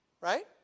right